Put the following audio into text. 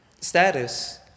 status